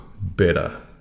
better